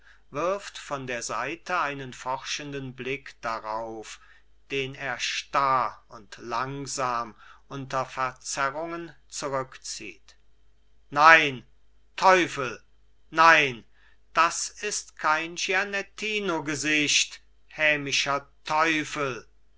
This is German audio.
wirft von der seite einen forschenden blick darauf den er starr und langsam unter verzerrungen zurückzieht nein teufel nein das ist kein gianettinogesicht hämischer teufel